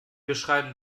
beschreiben